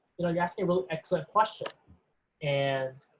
you know, you're asking a really excellent question and